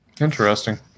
Interesting